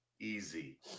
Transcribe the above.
easy